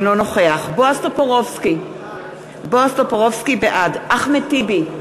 אינו נוכח בועז טופורובסקי, בעד אחמד טיבי,